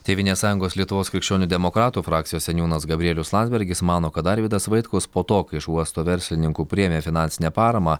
tėvynės sąjungos lietuvos krikščionių demokratų frakcijos seniūnas gabrielius landsbergis mano kad arvydas vaitkus po to kai iš uosto verslininkų priėmė finansinę paramą